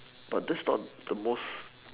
but that's not the most